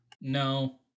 No